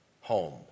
home